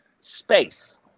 space